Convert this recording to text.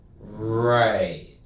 Right